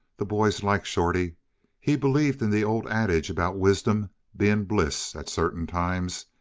the boys liked shorty he believed in the old adage about wisdom being bliss at certain times,